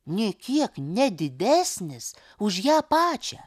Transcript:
nė kiek ne didesnis už ją pačią